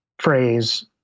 phrase